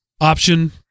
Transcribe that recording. option